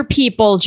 people